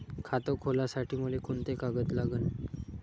खात खोलासाठी मले कोंते कागद लागन?